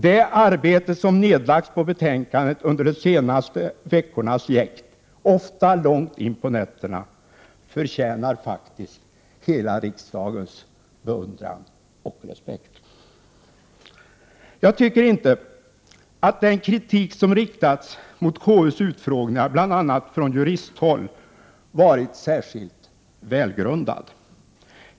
Det arbete som nedlagts på betänkandet under de senaste veckornas jäkt — ofta långt in på nätterna — förtjänar faktiskt hela riksdagens beundran och respekt. Jag tycker inte att den kritik som riktats mot KU:s utfrågningar, bl.a. från juristhåll, varit särskilt välgrundad.